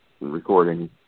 recording